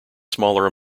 smaller